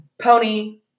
Pony